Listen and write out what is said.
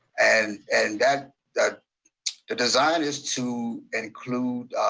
and and that that design is to include